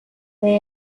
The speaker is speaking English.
they